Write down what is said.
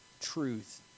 truth